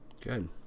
Good